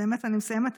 באמת אני מסיימת,